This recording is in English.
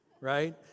right